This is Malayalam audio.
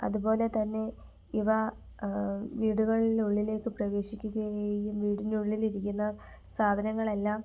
അതുപോലെതന്നെ ഇവ വീടുകളിനുള്ളിലേക്ക് പ്രവേശിക്കുകയും വീട്ടിൻ്റെ ഉള്ളിലിരിക്കുന്ന സാധനങ്ങളെല്ലാം